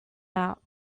out